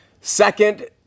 Second